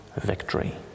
victory